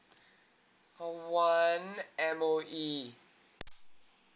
call one M_O_E